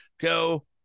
Go